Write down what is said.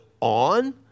on